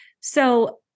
So-